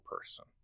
person